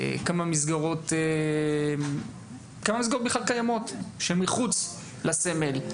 כמה מסגרות בכלל קיימות שהן מחוץ לסמל.